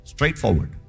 Straightforward